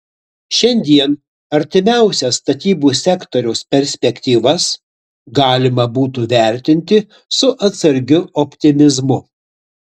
šiandien artimiausias statybų sektoriaus perspektyvas galima būtų vertinti su atsargiu optimizmu